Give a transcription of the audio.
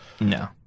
No